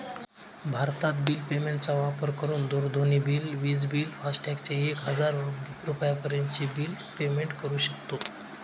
भारतत bill payment चा वापर करून दूरध्वनी बिल, विज बिल, फास्टॅग चे एक हजार रुपयापर्यंत चे बिल पेमेंट करू शकतो